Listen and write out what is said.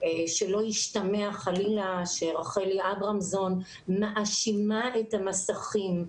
כדי שלא ישתמע חלילה שרחל אברמזון מאשימה את המסכים.